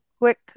quick